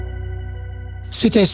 C'était